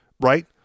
right